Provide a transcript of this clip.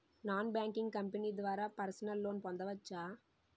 Non banking company ద్వారా personal loan పొందవచ్చా?